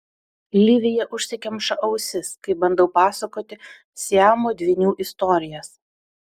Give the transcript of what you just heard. livija užsikemša ausis kai bandau pasakoti siamo dvynių istorijas